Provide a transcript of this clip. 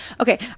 Okay